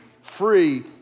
free